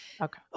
Okay